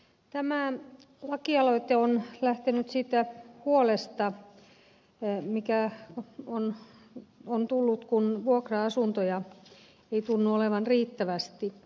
tämä lakialoite on lähtenyt siitä huolesta mikä on tullut kun vuokra asuntoja ei tunnu olevan riittävästi